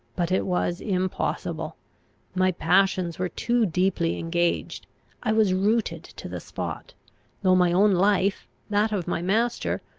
but it was impossible my passions were too deeply engaged i was rooted to the spot though my own life, that of my master,